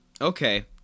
Okay